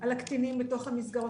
על הקטינים בתוך המסגרות,